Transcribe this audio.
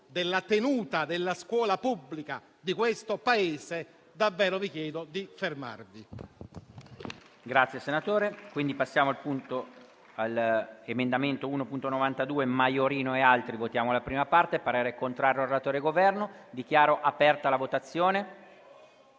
della tenuta della scuola pubblica di questo Paese, davvero vi chiedo di fermarvi.